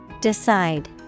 decide